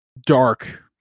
Dark